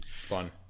fun